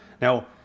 Now